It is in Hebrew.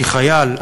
כי חייל,